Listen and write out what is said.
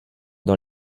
dans